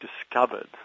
discovered